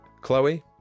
chloe